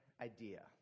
idea